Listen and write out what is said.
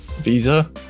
Visa